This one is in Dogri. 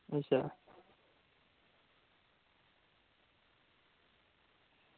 अच्छा